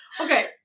Okay